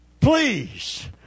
please